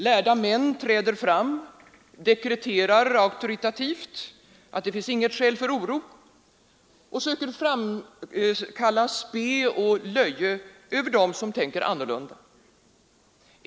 Lärda män träder fram, dekreterar auktoritativt att det inte finns något skäl för oro och söker framkalla spe och löje över dem som tänker annorlunda.